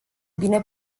bine